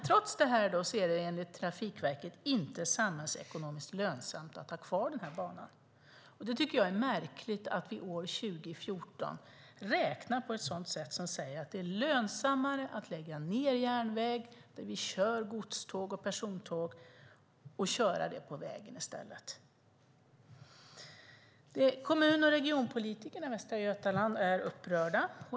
Trots detta är det enligt Trafikverket inte samhällsekonomiskt lönsamt att ha kvar den här banan. Jag tycker att det är märkligt att vi år 2013 räknar på ett sådant sätt som säger att det är lönsammare att lägga ned järnväg där det går godståg och persontåg och köra det på vägen i stället. Kommun och regionpolitikerna i Västra Götaland är upprörda.